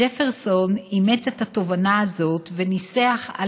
ג'פרסון אימץ את התובנה הזאת וניסח על